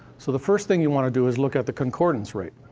so the first thing you wanna do is look at the concordance rate.